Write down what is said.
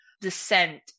descent